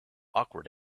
awkward